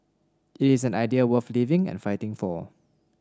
it is an idea worth living and fighting for